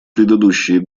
предыдущие